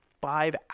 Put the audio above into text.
five